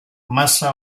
masa